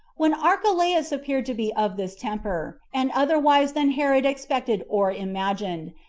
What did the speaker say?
when archelaus appeared to be of this temper, and otherwise than herod expected or imagined,